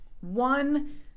One